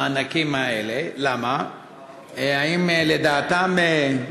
אוסאמה סעדי (הרשימה המשותפת):